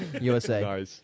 USA